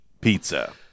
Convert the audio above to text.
pizza